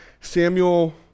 Samuel